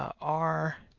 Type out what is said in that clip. r